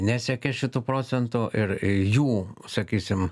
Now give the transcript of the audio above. nesiekė šitų procentų ir jų sakysim